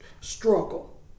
struggle